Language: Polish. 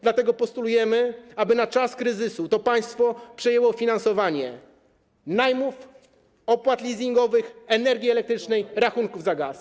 Dlatego postulujemy, aby na czas kryzysu państwo przejęło finansowanie najmu, opłat leasingowych, energii elektrycznej i rachunków za gaz.